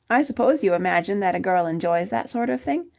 i suppose you imagine that a girl enjoys that sort of thing?